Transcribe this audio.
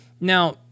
Now